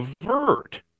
avert